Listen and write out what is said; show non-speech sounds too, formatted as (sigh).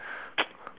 (noise)